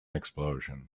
explosion